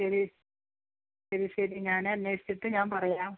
ശരി ശരി ശരി ഞാനന്വേഷിച്ചിട്ട് ഞാൻ പറയാം